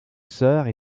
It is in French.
sœurs